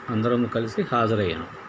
అందరం కలిసి హాజరయ్యాం